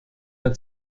mehr